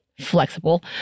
flexible